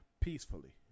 Peacefully